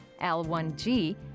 L1G